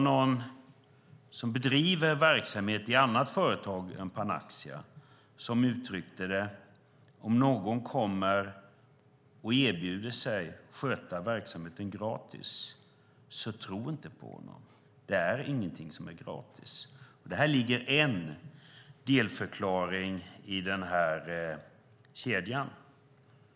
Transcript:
Någon som bedriver verksamhet i ett annat företag än Panaxia har uttryckt det så att om någon kommer och erbjuder sig att sköta verksamheten gratis ska man inte tro det. Ingenting är gratis. Här ligger en delförklaring i den här kedjan.